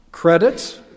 Credits